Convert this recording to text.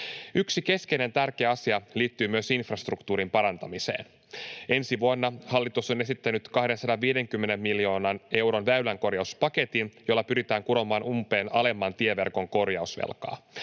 Yksi keskeinen tärkeä asia liittyy myös infrastruktuurin parantamiseen. Ensi vuonna hallitus on esittänyt 250 miljoonan euron väylänkorjauspaketin, jolla pyritään kuromaan umpeen alemman tieverkon korjausvelkaa.